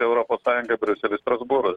europos sąjungai briuseliui strasbūrui